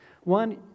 One